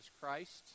Christ